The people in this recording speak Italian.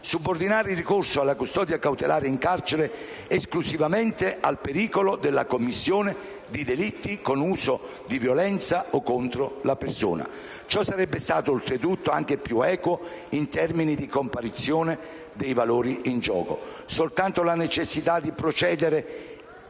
subordinare il ricorso alla custodia cautelare in carcere esclusivamente al pericolo della commissione di delitti con uso di violenza o contro la persona. Ciò sarebbe stato oltretutto anche più equo in termini di comparizione dei valori in gioco. Soltanto la necessità di proteggere